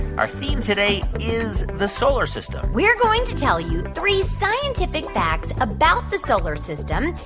our theme today is the solar system we're going to tell you three scientific facts about the solar system,